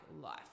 life